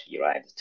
right